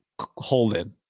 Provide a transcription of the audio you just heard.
hold-in